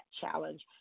challenge